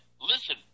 listen